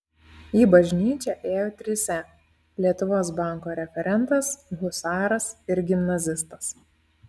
į bažnyčią ėjo trise lietuvos banko referentas husaras ir gimnazistas